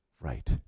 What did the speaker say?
Right